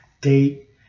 date